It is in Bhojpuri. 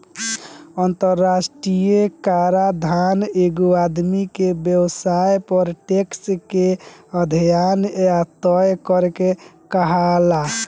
अंतरराष्ट्रीय कराधान एगो आदमी के व्यवसाय पर टैक्स के अध्यन या तय करे के कहाला